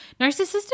narcissistic